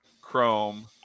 Chrome